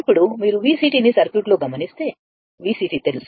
ఇప్పుడు మీరు VC ని సర్క్యూట్ లో గమనిస్తే VC తెలుసు